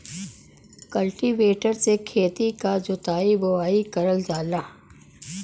cultivator से खेती क जोताई बोवाई करल जाला